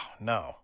no